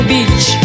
Beach